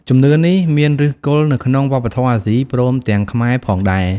ជំនឿនេះមានឫសគល់នៅក្នុងវប្បធម៌អាស៊ី ព្រមទាំងខ្មែរផងដែរ។